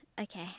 Okay